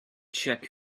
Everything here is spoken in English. check